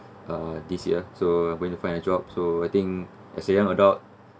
uh this year so when you find a job so I think as a young adult